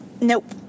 Nope